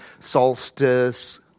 solstice